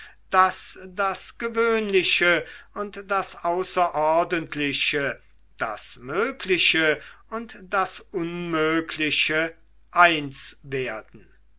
daß das gewöhnliche und das außerordentliche das mögliche und das unmögliche eins werden